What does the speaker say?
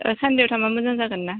ओ सान्देआव थांबा मोजां जागोन ना